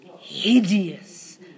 hideous